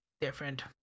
different